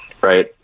right